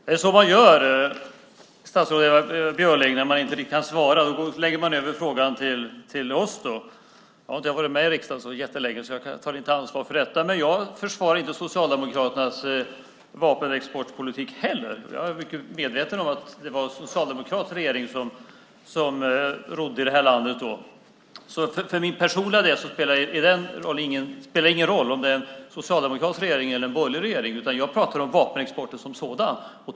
Fru talman! När man inte kan svara, statsrådet Ewa Björling, lägger man över frågan till oss. Jag har inte varit med i riksdagen så jättelänge, så jag tar inte ansvar för detta. Jag försvarar inte Socialdemokraternas vapenexportpolitik heller. Jag är mycket medveten om att det var en socialdemokratisk regering som regerade i det här landet då. För min personliga del spelar det ingen roll om det är en socialdemokratisk regering eller borgerlig regering, utan jag pratar om vapenexporten som sådan.